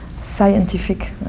scientific